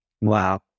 Wow